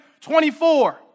24